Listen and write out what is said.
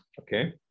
okay